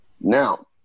Now